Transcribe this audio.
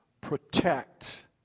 protect